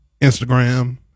Instagram